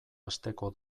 asteko